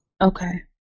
Okay